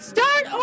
Start